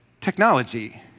technology